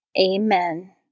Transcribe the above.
Amen